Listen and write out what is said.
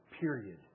Period